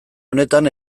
honetan